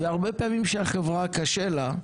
והרבה פעמים כשהחברה קשה לה,